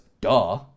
duh